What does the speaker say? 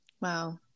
Wow